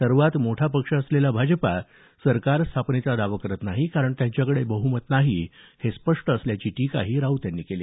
सर्वात मोठा पक्ष असलेला भाजप सरकार स्थापनेचा दावा करत नाही कारण त्यांच्याकडे बह्मत नाही हे स्पष्ट असल्याची टीकाही राऊत यांनी केली